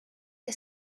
que